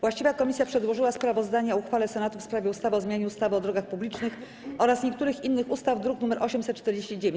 Właściwa komisja przedłożyła sprawozdanie o uchwale Senatu w sprawie ustawy o zmianie ustawy o drogach publicznych oraz niektórych innych ustaw, druk nr 849.